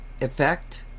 Effect